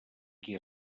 qui